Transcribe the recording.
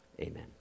Amen